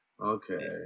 okay